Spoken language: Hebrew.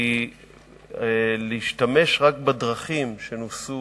כי להשתמש רק בדרכים שנוסו